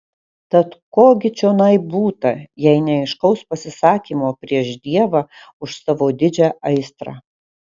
tad ko gi čionai būta jei ne aiškaus pasisakymo prieš dievą už savo didžią aistrą